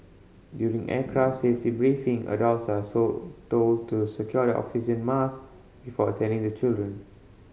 during aircraft safety briefing adults are sold told to secure their oxygen mask before attending to children